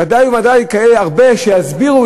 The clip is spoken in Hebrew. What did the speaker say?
ודאי וודאי יהיו הרבה כאלה שיסבירו,